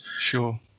Sure